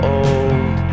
old